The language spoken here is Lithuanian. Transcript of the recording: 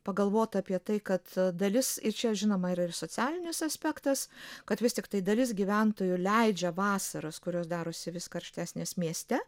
pagalvota apie tai kad dalis ir čia žinoma yra ir socialinis aspektas kad vis tiktai dalis gyventojų leidžia vasaras kurios darosi vis karštesnės mieste